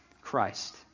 Christ